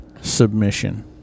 submission